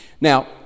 Now